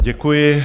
Děkuji.